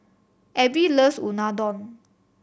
Abby loves Unadon